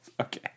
Okay